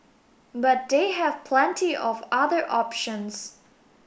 but they have plenty of other options